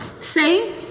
say